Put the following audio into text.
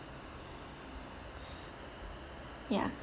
ya